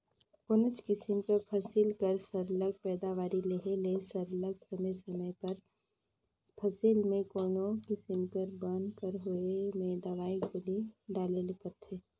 कोनोच किसिम कर फसिल कर सरलग पएदावारी लेहे ले सरलग समे समे उपर फसिल में कोनो किसिम कर बन कर होए में दवई गोली डाले ले परथे